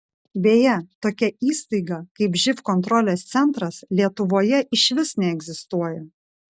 beje tokia įstaiga kaip živ kontrolės centras lietuvoje išvis neegzistuoja